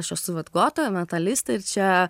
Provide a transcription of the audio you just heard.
aš esu vat gotė metalistė ir čia